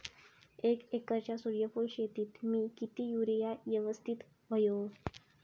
एक एकरच्या सूर्यफुल शेतीत मी किती युरिया यवस्तित व्हयो?